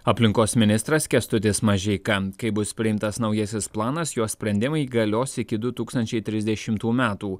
aplinkos ministras kęstutis mažeika kaip bus priimtas naujasis planas jo sprendimai galios iki du tūkstančiai trisdešimų metų